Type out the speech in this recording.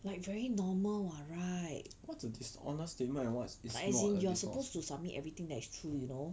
what's a dishonest statement and what is not